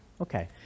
Okay